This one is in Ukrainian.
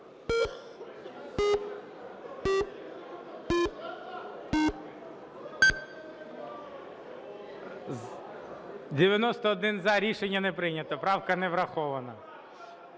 Дякую. Рішення не прийнято. Правка не врахована.